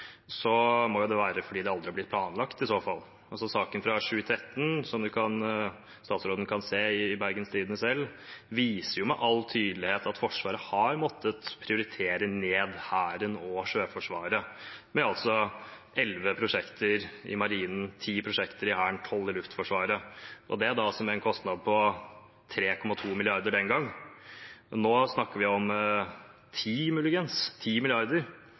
må jo det i så fall være fordi det aldri har blitt planlagt. Saken fra 2013, som statsråden kan se i Bergens Tidende selv, viser med all tydelighet at Forsvaret har måttet prioritere ned Hæren og Sjøforsvaret, med altså elleve prosjekter i Marinen, ti prosjekter i Hæren og tolv i Luftforsvaret – og det som en kostnad på 3,2 mrd. kr den gang. Nå snakker vi om